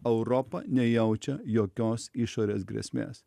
europa nejaučia jokios išorės grėsmės